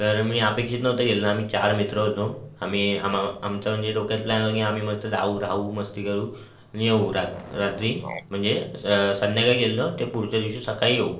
तर मी अपेक्षित नव्हतं केलं ना आम्ही चार मित्र होतो आम्ही आमा आमचं म्हणजे डोक्यात प्लॅन होता की आम्ही मस्त जाऊ राहू मस्ती करू आणि येऊ रात्री म्हणजे स संध्याकाळी गेलेलो ते पुढच्या दिवशी सकाळी येऊ